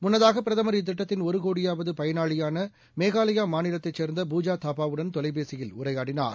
முன்னதாக பிரதமா் இத்திட்டத்தின் ஒரு கோடியாவது பயனாளியான மேகாலயா மாநிலத்தை சே்ந்த பூஜா தாபாவுடன் தொலைபேசியில் உரையாடினார்